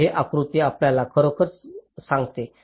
तर हे आकृती आपल्याला खरोखर सांगते